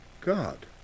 God